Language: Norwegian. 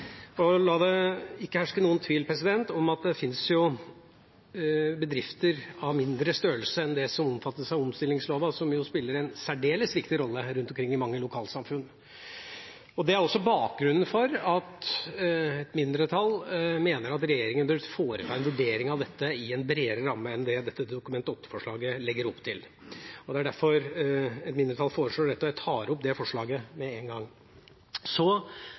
«hjørnesteinsbedrifter». La det ikke herske noen tvil om at det finnes bedrifter av mindre størrelse enn det som omfattes av omstillingslova, som spiller en særdeles viktig rolle rundt omkring i mange lokalsamfunn, og det er også bakgrunnen for at et mindretall mener at regjeringa bør foreta en vurdering av dette i en bredere ramme enn det Dokument 8-forslaget legger opp til. Så er det den andre dimensjonen i forslaget, som inviterer regjeringa til å foreslå endringer i politikk og